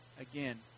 again